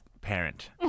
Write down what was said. parent